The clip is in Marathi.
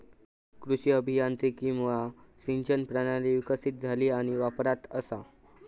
कृषी अभियांत्रिकीमुळा सिंचन प्रणाली विकसीत झाली आणि वापरात असा